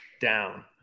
down